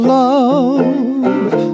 love